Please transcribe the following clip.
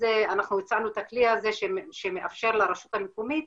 אנחנו הצענו את הכלי הזה שמאפשר לרשות המקומית